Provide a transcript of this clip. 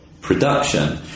production